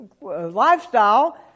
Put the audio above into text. lifestyle